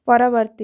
ପରବର୍ତ୍ତୀ